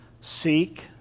seek